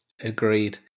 Agreed